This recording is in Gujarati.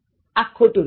આ ખોટું રુપ છે